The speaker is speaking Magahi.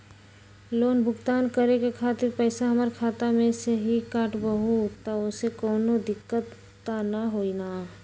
लोन भुगतान करे के खातिर पैसा हमर खाता में से ही काटबहु त ओसे कौनो दिक्कत त न होई न?